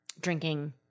drinking